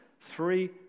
three